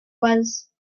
was